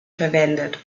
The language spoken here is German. verwendet